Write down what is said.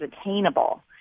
attainable